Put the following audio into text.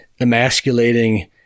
emasculating